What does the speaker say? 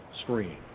screen